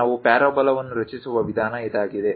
ನಾವು ಪ್ಯಾರಾಬೋಲಾವನ್ನು ರಚಿಸುವ ವಿಧಾನ ಇದಾಗಿದೆ